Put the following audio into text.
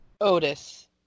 Otis